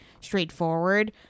straightforward